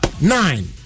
nine